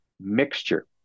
mixture